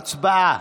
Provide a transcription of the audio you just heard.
הצבעה.